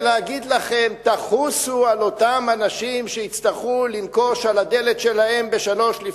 ולהגיד לכם: תחוסו על אותם אנשים שיצטרכו לנקוש על הדלת שלהם ב-03:00.